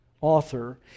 author